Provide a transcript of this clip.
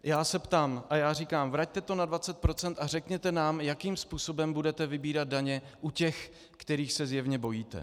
Já se ptám a říkám: Vraťte to na 20 % a řekněte nám, jakým způsobem budete vybírat daně u těch, kterých se zjevně bojíte.